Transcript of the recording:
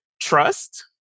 trust